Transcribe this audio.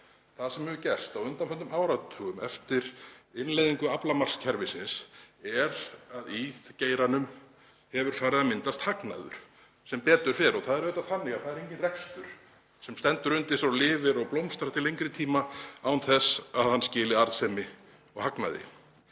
Það sem hefur gerst á undanförnum áratugum, eftir innleiðingu aflamarkskerfisins, er að í geiranum hefur farið að myndast hagnaður, sem betur fer. Það er enginn rekstur sem stendur undir sér og lifir og blómstrar til lengri tíma án þess að hann skili arðsemi og hagnaði.